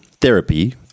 therapy